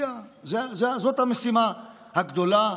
זאת המשימה הגדולה,